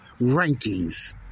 rankings